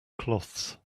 cloths